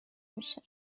میشه